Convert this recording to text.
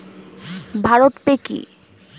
Bharat pay কি?